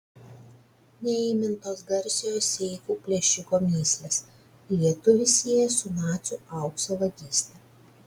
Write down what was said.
neįmintos garsiojo seifų plėšiko mįslės lietuvį sieja su nacių aukso vagyste